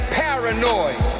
paranoid